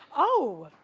oh.